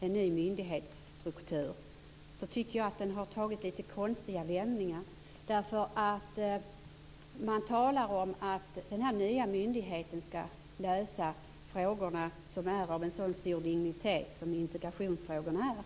en ny myndighetsstruktur tycker jag har tagit litet konstiga vändningar. Man talar om att den nya myndigheten skall lösa frågor som är av en sådan stor dignitet, som integrationsfrågorna är.